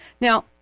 Now